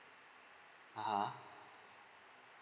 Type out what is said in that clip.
(uh huh)